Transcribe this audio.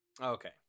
Okay